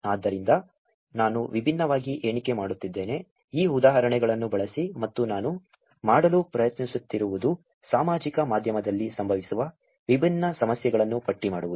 ಆದ್ದರಿಂದ ನಾನು ವಿಭಿನ್ನವಾಗಿ ಎಣಿಕೆ ಮಾಡುತ್ತಿದ್ದೇನೆ ಈ ಉದಾಹರಣೆಗಳನ್ನು ಬಳಸಿ ಮತ್ತು ನಾನು ಮಾಡಲು ಪ್ರಯತ್ನಿಸುತ್ತಿರುವುದು ಸಾಮಾಜಿಕ ಮಾಧ್ಯಮದಲ್ಲಿ ಸಂಭವಿಸುವ ವಿಭಿನ್ನ ಸಮಸ್ಯೆಗಳನ್ನು ಪಟ್ಟಿ ಮಾಡುವುದು